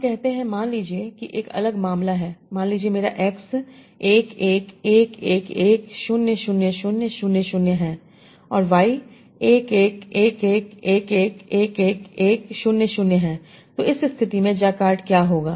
हम कहते हैं मान लीजिए कि एक अलग मामला है मान लीजिए मेरा एक्स 1 1 1 1 1 0 0 0 0 0 है और वाई 1 1 1 1 1 1 1 1 1 0 0 है तो इस स्थिति में जैकार्ड क्या होगा